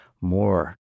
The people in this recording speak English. more